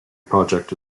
project